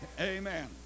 Amen